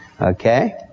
Okay